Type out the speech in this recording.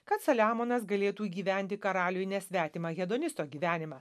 kad saliamonas galėtų gyventi karaliui nesvetimą hedonisto gyvenimą